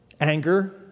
Anger